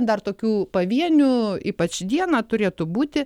dar tokių pavienių ypač dieną turėtų būti